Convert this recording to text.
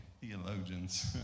theologians